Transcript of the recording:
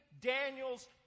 Daniel's